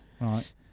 Right